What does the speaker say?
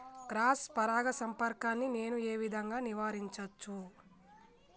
Cross పరాగ సంపర్కాన్ని నేను ఏ విధంగా నివారించచ్చు?